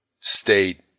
state